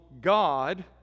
God